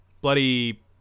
Bloody